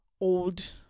old